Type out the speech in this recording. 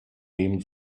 nehmen